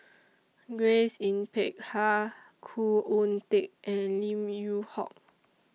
Grace Yin Peck Ha Khoo Oon Teik and Lim Yew Hock